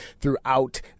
throughout